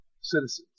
citizens